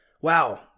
Wow